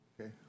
Okay